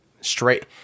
straight